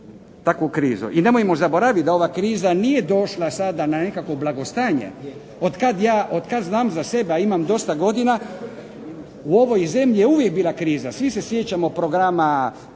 takvu krizu. I nemojmo zaboravit da ova kriza nije došla sada na nekakvo blagostanje. Otkad znam za sebe, a imam dosta godina, u ovoj zemlji je uvijek bila kriza. Svi se sjećamo programa